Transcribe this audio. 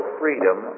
freedom